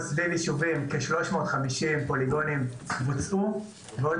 יישובים בוצעו כ-350 פוליגונים ועוד